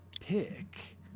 pick